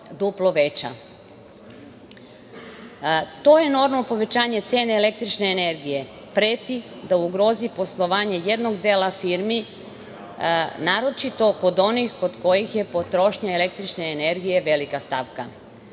duplo veća. Enormno povećanje cene električne energije preti da ugrozi poslovanje jednog dela firmi, naročito kod onih kod kojih je potrošnja električne energije velika